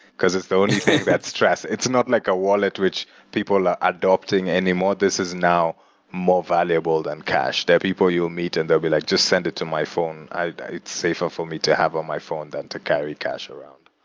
because it's the only thing that's trusted. it's not like a wallet which people are adopting anymore. this is now more valuable than cash. there are people you meet and they'll be like, just send it to my phone. it's safer for me to have on my phone than to carry cash around.